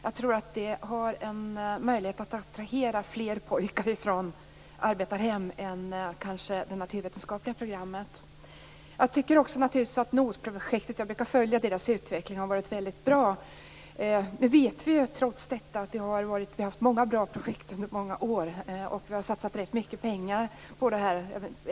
Jag tror att det har en möjlighet att attrahera fler pojkar från arbetarhem än kanske det naturvetenskapliga programmet. Jag tycker naturligtvis också att NOT-projektet - jag brukar följa deras utveckling - har varit väldigt bra. Men vi har haft många bra projekt under många år, och vi har satsat rätt mycket pengar på det här.